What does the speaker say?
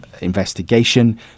investigation